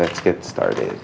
let's get started